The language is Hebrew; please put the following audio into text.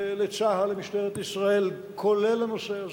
לצה"ל, למשטרת ישראל, כולל הנושא הזה.